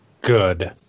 Good